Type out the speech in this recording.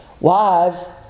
Wives